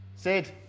Sid